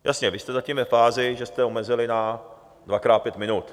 Jasně, vy jste zatím ve fázi, že jste omezili na dvakrát pět minut.